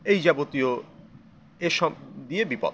এই যাবতীয় এসব দিয়ে বিপদ